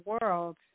world